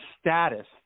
status